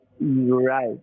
Right